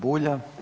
Bulja.